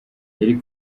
yari